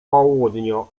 południu